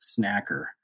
snacker